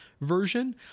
version